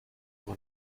auch